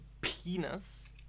penis